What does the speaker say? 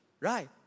right